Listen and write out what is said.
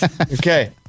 Okay